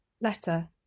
Letter